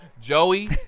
Joey